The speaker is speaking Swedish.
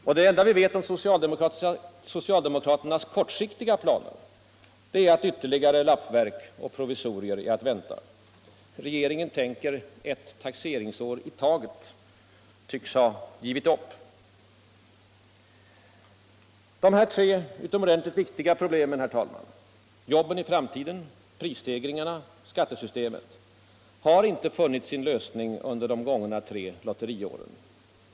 Och det enda vi vet om socialdemokraternas kortsiktiga planer är att ytterligare lappverk och provisorier är att vänta. Regeringen tänker ett taxeringsår i taget. Den tycks ha givit upp. Dessa tre utomordentligt viktiga problem, herr talman — jobben i framtiden, prisstegringarna, skattesystemet — har icke funnit sin lösning under de gångna tre lotteriåren.